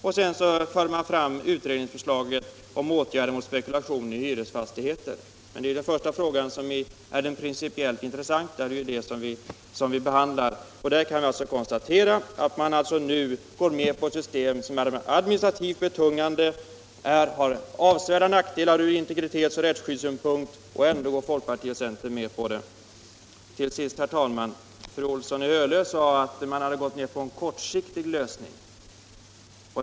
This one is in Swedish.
Därutöver för man fram utredningsförslaget om åtgärder mot spekulation i hyresfastigheter. Men den första frågan är den principiellt intressanta. Vi kan konstatera att systemet är administrativt betungande och har avsevärda nackdelar från integritetsoch rättsskyddssynpunkt. Ändå går centern och folkpartiet med på det. Fru Olsson i Hölö sade att man hade gått med på en kortsiktig lösning.